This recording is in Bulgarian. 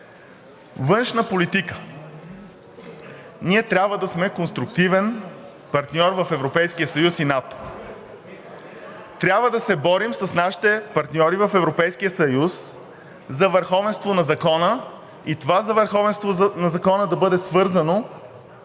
Външна политика. Ние трябва да сме конструктивен партньор в Европейския съюз и НАТО. Трябва да се борим с нашите партньори в Европейския съюз за върховенство на закона и това върховенство на закона да бъде свързано